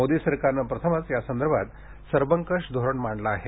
मोदी सरकारनं प्रथमच यासंदर्भात सर्वंकष धोरण मांडल आहे